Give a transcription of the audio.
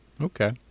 Okay